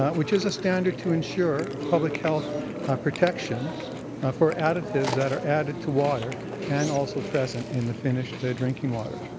um which is a standard to ensure public health protection for additives that are added to water and also present in the finished drinking water.